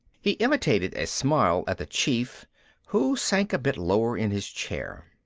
he imitated a smile at the chief who sank a bit lower in his chair.